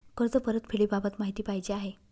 कर्ज परतफेडीबाबत माहिती पाहिजे आहे